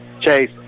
Chase